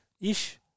Ish